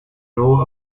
know